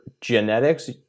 genetics